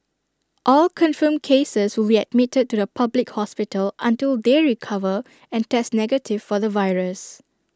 all confirmed cases will be admitted to A public hospital until they recover and test negative for the virus